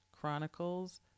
Chronicles